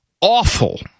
awful